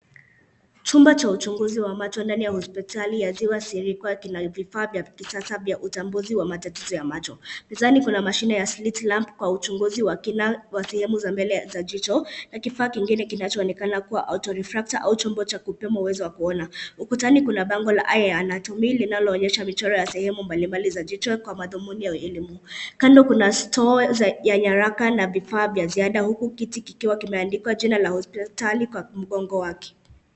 Chumba cha uchunguzi wa macho ndani ya hosipitali, kina vifaa vya kisasa vya utambuzi wa matatizo ya macho. Mezani kuna uchunguzi wa kina wa sehemu za mbele za jicho na kifaa kingine kinachoonekana kuwa chombo cha kupima uwezo wa kuona. Ukutani kuna bago ya eye natumii inayoonyesha sehemu mbalimbali ya jjicho kwa madhumuni ya elimu. Kando kuna nyaraka na bidhaa za ziada uku kiti kikiwakimeandikwa jina ya hosipitali kwa mgongo wake.